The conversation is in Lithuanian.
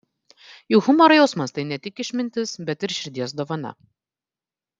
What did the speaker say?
juk humoro jausmas tai ne tik išmintis bet ir širdies dovana